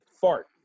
fart